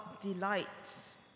delights